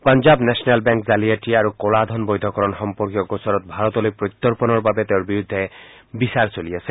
Punjab national bank জালিয়াতি আৰু ক'লা ধন বৈধকৰণ সম্পৰ্কীয় গোচৰত ভাৰতলৈ প্ৰত্যৰ্গণৰ বাবে তেওঁৰ বিৰুদ্ধে বিচাৰ চলি আছে